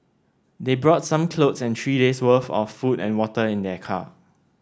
they brought some clothes and three days' worth of food and water in their car